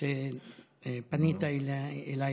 כשפנית אליי